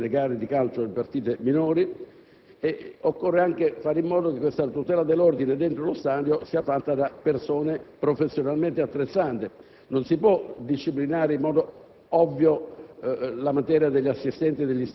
del piccolo manufatto in cui si svolgono le gare di calcio nelle serie minori. Occorre anche fare in modo che la tutela dell'ordine dentro lo stadio sia fatta da persone professionalmente attrezzate. Non si può disciplinare in modo